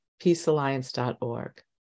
peacealliance.org